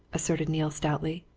asserted neale stoutly.